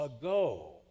ago